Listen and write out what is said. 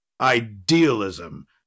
Idealism